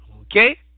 Okay